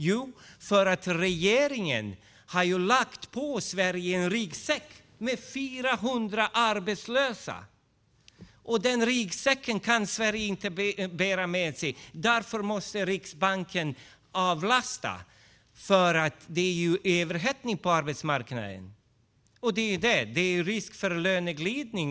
Jo, för att regeringen har lagt på Sverige en ryggsäck med 400 000 arbetslösa. Den ryggsäcken kan Sverige inte bära. Riksbanken måste avlasta eftersom det är en överhettning på arbetsmarknaden och risk för löneglidning.